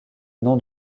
nom